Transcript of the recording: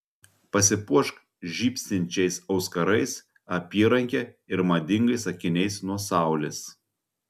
pasipuošk žybsinčiais auskarais apyranke ar madingais akiniais nuo saulės